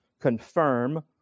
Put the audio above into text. confirm